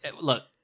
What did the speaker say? Look